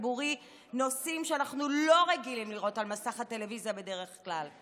הציבורי נושאים שאנחנו לא רגילים לראות על מסך הטלוויזיה בדרך כלל.